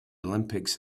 olympics